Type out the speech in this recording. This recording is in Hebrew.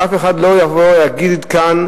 שאף אחד לא יגיד כאן,